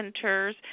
centers